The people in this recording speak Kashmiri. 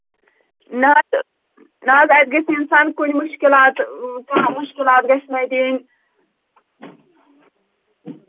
نہ حظ نہ حظ اَتہِ گژھِ اِنسان کُنہِ مُشکِلات کانٛہہ مُشکِلات گژھِ نہٕ اَتہِ یِنۍ